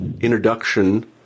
introduction